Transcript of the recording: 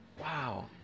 Wow